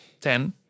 10